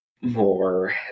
more